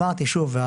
אמרתי שוב,